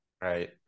Right